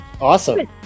awesome